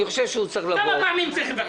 אני חושב שהוא צריך לבוא.